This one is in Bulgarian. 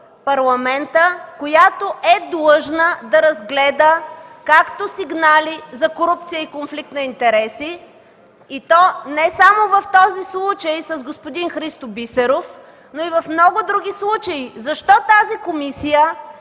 Парламента, която е длъжна да разгледа сигнали за корупция и конфликт на интереси, и то не само в този случай с господин Христо Бисеров, но и в много други. Защо тази комисия